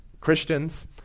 Christians